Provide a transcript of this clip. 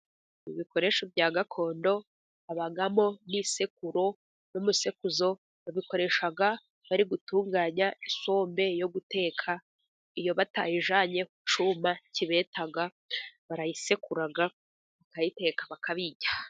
Ibikoresho bya gakondo habamo nk'isekuro n'umusekuzo. Babikoresha bari gutunganya isombe yo guteka. Iyo batayijanye ku cyuma kibeta, barayisekura bakayiteka, bakayirya.